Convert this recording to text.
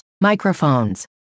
microphones